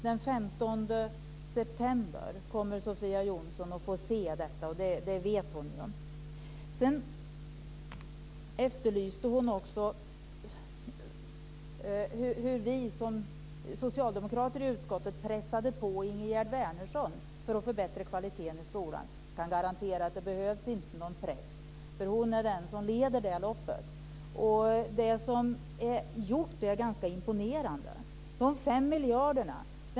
Den 15 september kommer Sofia Jonsson att få se detta, och det vet hon. Sofia Jonsson efterlyste hur vi som socialdemokrater i utskottet pressade på Ingegerd Wärnersson för att få bättre kvalitet i skolan. Jag kan garantera att det inte behövs någon press, för hon är den som leder det loppet. Det som är gjort är ganska imponerande.